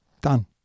Done